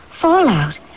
fallout